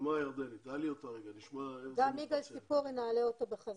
אחר כך נעלה את יגאל ציפורי.